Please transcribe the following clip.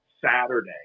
Saturday